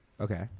okay